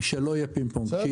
שלא יהיה פינג-פונג.